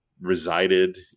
resided